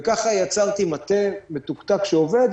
וככה יצרתי מטה מתוקתק שעובד.